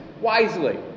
wisely